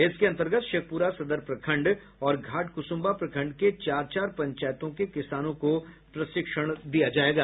इसके अंतर्गत शेखपुरा सदर प्रखंड और घाटकुसुम्भा प्रखंड के चार चार पंचायतों के किसानों को प्रशिक्षण दिया जायेगा